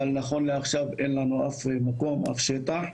אבל נכון לעכשיו אין לנו אף מקום, אף שטח.